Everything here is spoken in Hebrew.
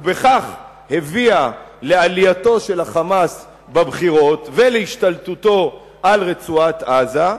ובכך הביאה לעלייתו של ה"חמאס" בבחירות ולהשתלטותו על רצועת-עזה,